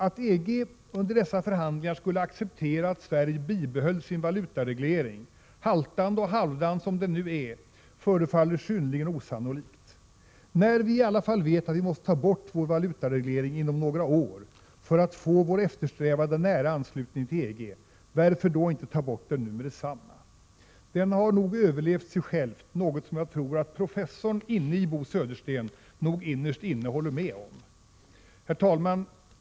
Att EG under dessa förhandlingar skulle acceptera att Sverige bibehöll sin valutareglering — haltande och halvdan som den nu är — förefaller synnerligen osannolikt! När vii alla fall vet att vi måste ta bort vår valutareglering inom några år för att få vår eftersträvade nära anslutning till EG, varför då inte ta bort den nu med detsamma? Den har nog överlevt sig själv, något som jag tror att professorn inne i Bo Södersten förmodligen innerst inne håller med om. Herr talman!